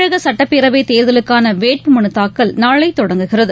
தமிழக சட்டப்பேரவைதேர்தலுக்கான வேட்பு மனு தாக்கல் நாளை தொடங்குகிறது